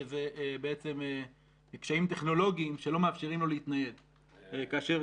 שאלה בעצם קשיים טכנולוגיים שלא מאפשרים לו להתנייד כאשר